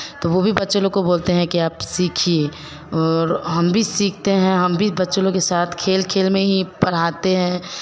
तो वो भी बच्चे लोग को बोलते हैं कि आप सीखिए और हम भी सीखते हैं हम भी बच्चा लोग के साथ खेल खेल में पढ़ाते हैं